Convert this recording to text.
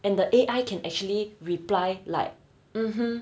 and the A_I can actually reply like mmhmm